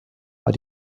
war